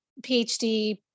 PhD